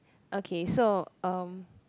okay so um